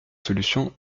solution